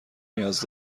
نیاز